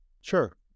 Sure